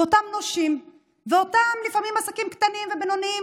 אותם נושים ולפעמים אותם עסקים קטנים ובינוניים